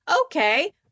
okay